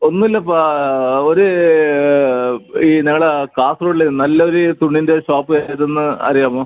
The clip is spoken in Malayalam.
ഒന്നും ഇല്ലപ്പാ ഒരു ഈ നിങ്ങളെ കാസർഗോഡിലെ നല്ലൊരു തുണീൻ്റെ ഷോപ്പ് ഏതെന്ന് അറിയാമോ